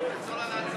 תחזור על ההצעה בבקשה.